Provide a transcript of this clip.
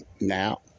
now